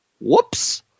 Whoops